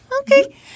Okay